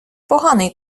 поганий